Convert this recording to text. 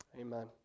Amen